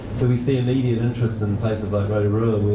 so we see immediate interest in places like rotorua,